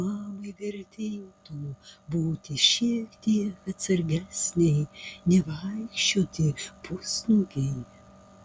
mamai vertėtų būti šiek tiek atsargesnei nevaikščioti pusnuogei